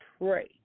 pray